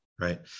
Right